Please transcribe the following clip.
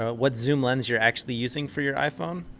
ah what zoom lens you're actually using for your iphone?